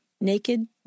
naked